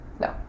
No